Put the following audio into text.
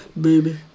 baby